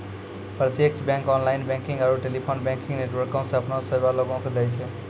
प्रत्यक्ष bank online banking आरू telephone banking नेटवर्को से अपनो सेबा लोगो के दै छै